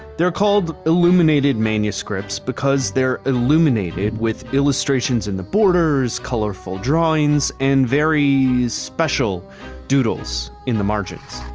they're called illuminated manuscripts because they're illuminated with illustrations in the borders, colorful drawings, and very, special doodles in the margins.